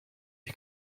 you